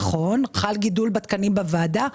זה נכון שחל גידול בתקנים בוועדה.